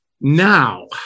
Now